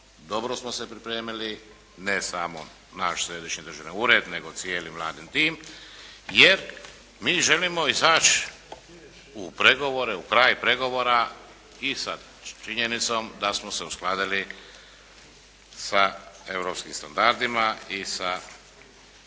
Dobro smo se pripremili. Ne samo nas Središnji državni ured nego cijeli Vladin tim. Jer mi želimo izaći u pregovore, u … /Govornik se ne razumije./ … pregovora i sa činjenicom da smo se uskladili sa europskim standardima i sa